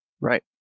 Right